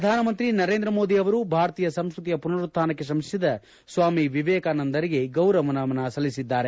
ಪ್ರಧಾನಮಂತ್ರಿ ನರೇಂದ್ರ ಮೋದಿ ಅವರು ಭಾರತೀಯ ಸಂಸ್ಕೃತಿಯ ಪುನರುತ್ಯಾನಕ್ಕೆ ಶ್ರಮಿಸಿದ ಸ್ವಾಮಿ ವಿವೇಕಾನಂದರಿಗೆ ಗೌರವ ನಮನ ಸಲ್ಲಿಸಿದರು